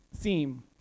theme